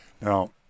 Now